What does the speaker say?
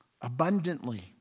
abundantly